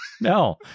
No